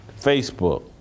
Facebook